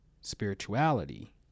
Spirituality